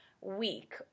week